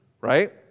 right